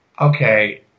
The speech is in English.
Okay